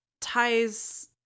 ties